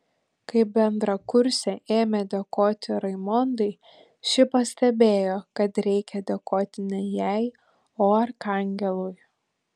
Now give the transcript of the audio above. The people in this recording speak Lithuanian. kai bendrakursė ėmė dėkoti raimondai ši pastebėjo kad reikia dėkoti ne jai o arkangelui